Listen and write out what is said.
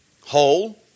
whole